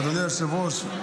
אדוני היושב-ראש,